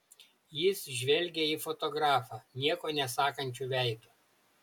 jis žvelgė į fotografą nieko nesakančiu veidu